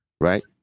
right